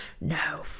no